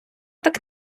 так